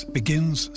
begins